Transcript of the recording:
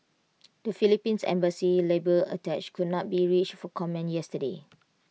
the Philippine's embassy labour attache could not be reached for comment yesterday